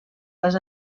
les